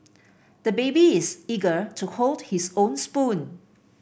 the baby is eager to hold his own spoon